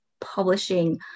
publishing